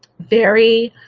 very